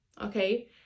okay